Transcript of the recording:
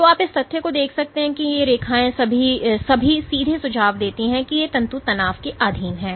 तो आप इस तथ्य को देख सकते हैं कि ये रेखाएं सभी सीधे सुझाव देती हैं कि ये तंतु तनाव के अधीन हैं